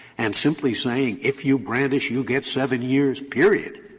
and simply saying, if you brandish, you get seven years, period,